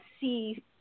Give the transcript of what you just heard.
see